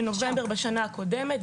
בנובמבר בשנה הקודמת.